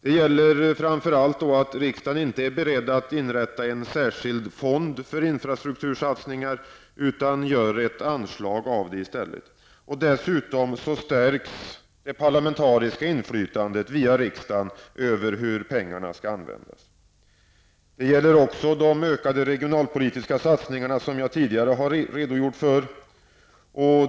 Det gäller då framför allt det faktum att riksdagen inte är beredd att inrätta en särskild fond för infrastruktursatsningar. I stället blir det fråga om ett anslag. Dessutom stärks det parlamentariska inflytandet, via riksdagen, över hur pengarna skall användas. Det gäller också de ökade regionalpolitiska satsningar som jag tidigare har redogjort för.